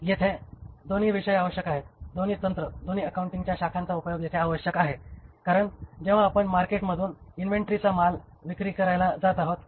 येथे दोन्ही विषय आवश्यक आहेत दोन्ही तंत्र दोन्ही अकाउंटिंगच्या शाखांचा उपयोग येथे आवश्यक आहेत कारण जेव्हा आपण मार्केट मधून इन्व्हेंटरीचा माल विक्री करायला जात आहोत